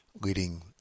leading